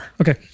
okay